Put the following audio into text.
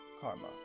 Karma